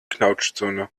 knautschzone